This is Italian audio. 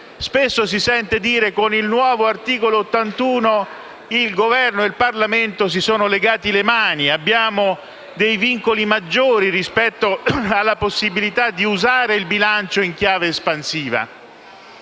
Spesso si sente dire che con il nuovo articolo 81 Governo e Parlamento si sono legati le mani, che abbiamo vincoli maggiori rispetto alla possibilità di usare il bilancio in chiave espansiva.